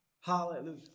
Hallelujah